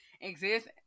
exist